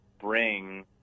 bring